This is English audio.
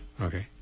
Okay